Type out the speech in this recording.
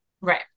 Right